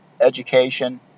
education